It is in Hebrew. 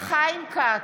חיים כץ,